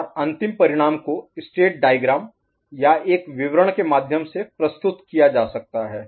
और अंतिम परिणाम को स्टेट डायग्राम या एक विवरण के माध्यम से प्रस्तुत किया जा सकता है